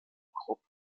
krupp